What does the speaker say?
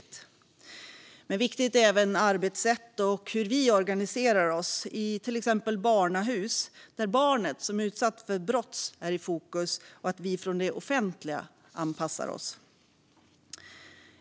Men det är även viktigt med arbetssätt och hur vi organiserar oss i till exempel barnahus, där barnet som är utsatt för brott är i fokus och där vi från det offentliga anpassar oss.